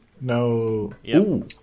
No